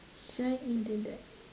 shine into that